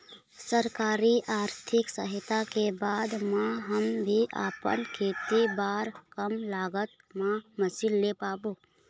सरकारी आरथिक सहायता के बाद मा हम भी आपमन खेती बार कम लागत मा मशीन ले पाबो?